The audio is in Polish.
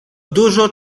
dużo